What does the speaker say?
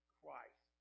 Christ